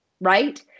right